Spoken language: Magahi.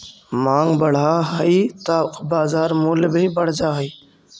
माँग बढ़ऽ हइ त बाजार मूल्य भी बढ़ जा हइ